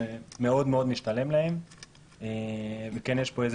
זה מאוד מאוד משתלם להן ויש פה איזה